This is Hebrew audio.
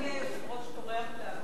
יפה שאדוני היושב-ראש טורח להבהיר.